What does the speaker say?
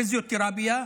פיזיותרפיה,